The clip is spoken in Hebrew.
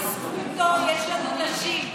בזכותו יש לנו נשים,